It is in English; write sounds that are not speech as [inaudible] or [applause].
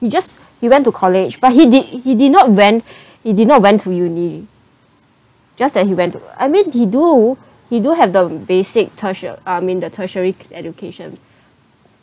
he just he went to college but he did he did not went [breath] he did not went to uni just that he went to I mean he do he do have the basic tertia~ I mean the tertiary education